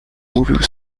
mówił